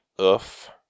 oof